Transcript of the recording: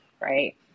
right